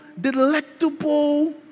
delectable